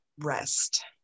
rest